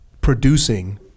producing